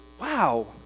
wow